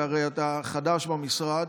ואתה הרי חדש במשרד,